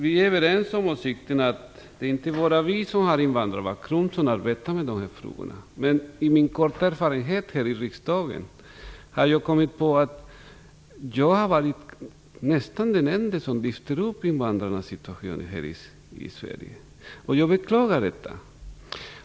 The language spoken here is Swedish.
Vi är överens om åsikten att det är inte bara vi med invandrarbakgrund som skall arbeta med dessa frågor. Men med min korta erfarenhet från riksdagen har jag kommit fram till att jag är nästan den enda som tar upp invandrarnas situation här i Sverige. Jag beklagar detta.